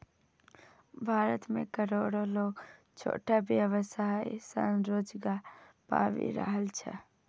भारत मे करोड़ो लोग छोट व्यवसाय सं रोजगार पाबि रहल छै